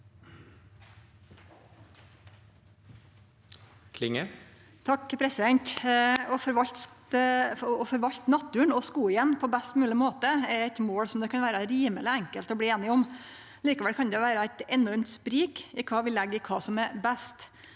(Sp) Å forvalte naturen og skogen på best mogleg måte er eit mål som det kan vere rimeleg enkelt å bli einige om. Likevel kan det vere eit enormt sprik i kva vi legg i kva som er best.